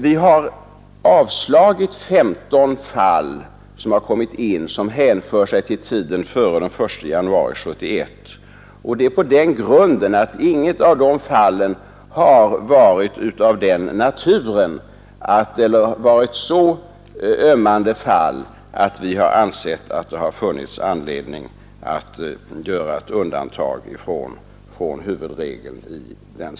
Vi har avslagit 15 ansökningar som har kommit in och som hänför sig till tiden före den 1 januari 1971 och detta på den grunden att inget av de fallen har varit så ömmande att vi har ansett att det funnits anledning att göra ett undantag från huvudregeln.